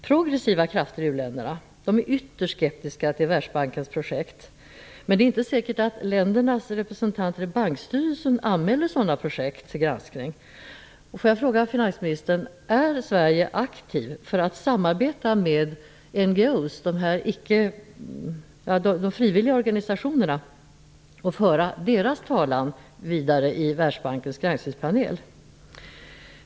Progressiva krafter i u-länderna är ytterst skeptiska till Världsbankens projekt, men det är inte säkert att deras länders representanter i bankstyrelsen anmäler sådana projekt till granskning. Får jag fråga finansministern om Sverige verkar aktivt för att samarbeta med NGO:s, de frivilliga organisationerna, och föra deras talan vidare i Världsbankens granskningspanel?